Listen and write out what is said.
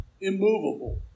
Immovable